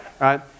right